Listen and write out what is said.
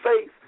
faith